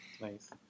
Nice